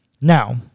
Now